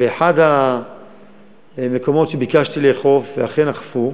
באחד המקומות שביקשתי לאכוף, ואכן אכפו,